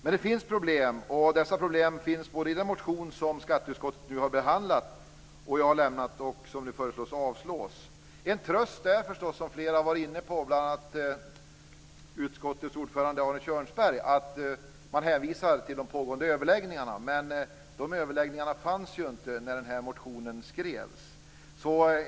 Men det finns problem, och de beskrivs i den motion som jag har väckt, som skatteutskottet nu har behandlat och föreslår skall avslås. En tröst är förstås, som flera har varit inne på, bl.a. utskottets ordförande Arne Kjörnsberg, att man hänvisar till de pågående överläggningarna. Men de överläggningarna pågick inte när motionen skrevs.